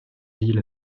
ville